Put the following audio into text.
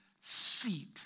seat